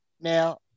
now